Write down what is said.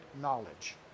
knowledge